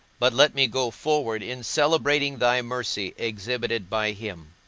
but let me go forward in celebrating thy mercy exhibited by him.